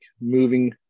moving